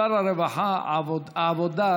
שר העבודה,